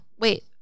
Wait